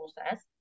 process